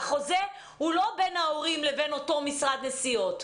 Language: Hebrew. החוזה הוא לא בין ההורים לבין אותו משרד נסיעות.